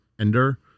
Ender